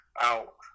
out